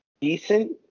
decent